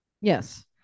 Yes